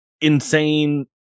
insane